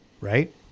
right